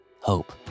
hope